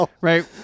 Right